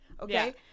okay